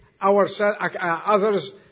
others